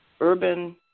urban